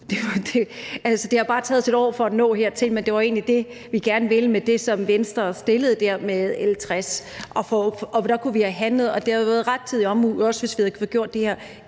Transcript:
det har bare taget os et år at nå hertil, men det var egentlig det, vi gerne ville med det, Venstre fremsatte der i forbindelse med L 60. Der kunne vi have handlet, og det havde været rettidig omhu, også hvis vi havde gjort det her